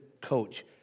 coach